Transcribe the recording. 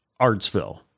Artsville